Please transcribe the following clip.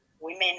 women